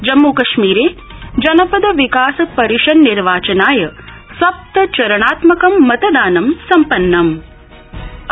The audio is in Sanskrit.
जम्मुकश्मीरे जनपद विकासपरिषन्निर्वाचनाय सप्तचरणात्मकं मतदानं संपन्नमं